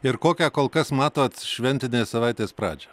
ir kokią kol kas matot šventinės savaitės pradžią